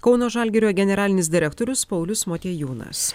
kauno žalgirio generalinis direktorius paulius motiejūnas